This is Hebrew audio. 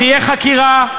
תהיה חקירה,